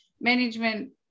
management